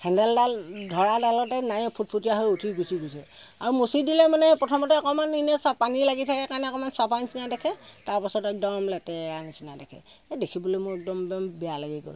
হেণ্ডেলডাল ধৰা ডালতে নায়েই ফুটফুটীয়া হৈ উঠি গুচি গৈছে আৰু মচি দিলে মানে প্ৰথমতে অকণমান এনেই চা পানী লাগি থাকে কাৰণে অকণমান চাফা নিচিনা দেখে তাৰপাছত একদম লেতেৰা নিচিনা দেখে এই দেখিবলৈ মোৰ একদম বম বেয়া লাগি গ'ল